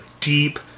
deep